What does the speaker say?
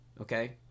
okay